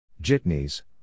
Jitneys